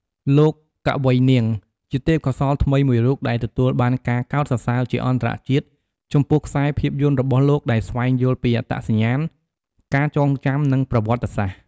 លោក កវី នាង ជាទេពកោសល្យថ្មីមួយរូបដែលទទួលបានការកោតសរសើរជាអន្តរជាតិចំពោះខ្សែភាពយន្តរបស់លោកដែលស្វែងយល់ពីអត្តសញ្ញាណ ការចងចាំ និងប្រវត្តិសាស្ត្រ។